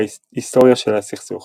היסטוריה של הסכסוך